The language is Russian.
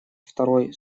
второй